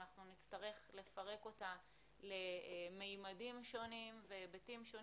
אנחנו נצטרך לפרק אותה לממדים שונים והיבטים שונים,